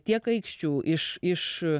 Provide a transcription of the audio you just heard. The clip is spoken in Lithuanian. tiek aikščių iš iš